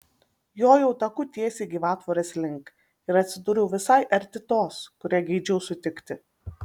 jojau taku tiesiai gyvatvorės link ir atsidūriau visai arti tos kurią geidžiau sutikti